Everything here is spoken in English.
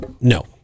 No